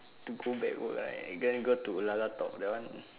to go backward right get him go to Lalatalk that one